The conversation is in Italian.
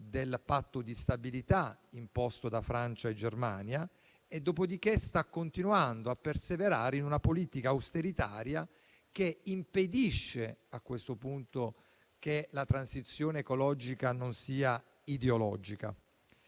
del Patto di stabilità imposto da Francia e Germania e dopo di che sta continuando a perseverare in una politica di austerità che impedisce, a questo punto, che la transizione ecologica non sia ideologica?